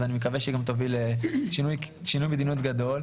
אז אני מקווה שהיא גם תביא לשינוי מדיניות גדול.